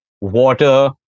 water